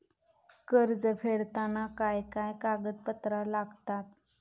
कर्ज फेडताना काय काय कागदपत्रा लागतात?